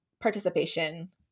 participation